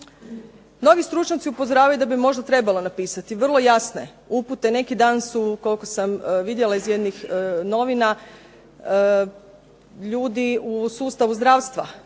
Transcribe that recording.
Mnogi stručnjaci upozoravaju da bi možda trebalo napisati vrlo jasne upute, neki dan su koliko sam vidjela iz jednih novina, ljudi u sustavu zdravstva